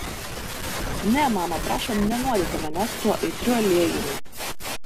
ne mama prašom nenuodyti manęs tuo aitriu aliejumi